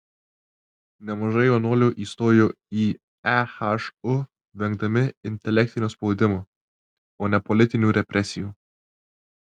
nemažai jaunuolių įstojo į ehu vengdami intelektinio spaudimo o ne politinių represijų